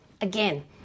Again